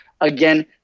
again